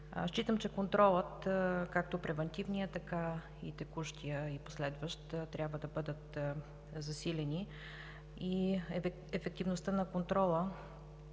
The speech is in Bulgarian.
Считам, че контролът – както превантивният, така и текущият, и последващ, трябва да бъдат засилени и ефективността на контрола